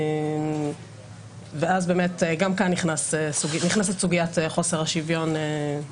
וגם כאן נכנסת סוגית חוסר השוויון.